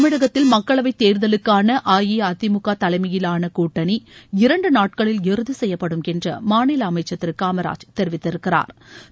தமிழகத்தில் மக்களவைத் தேர்தலுக்கான அஇஅதிமுக தலைமையிலான கூட்டணி இரண்டு நாட்களில் இறதி செய்யப்படும் என்று மாநில அமைச்ச் திரு காமராஜ் தெரிவித்திருக்கிறாா்